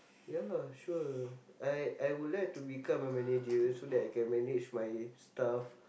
ya sure I I would like to become a manager so that I can manage my staff